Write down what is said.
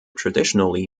traditionally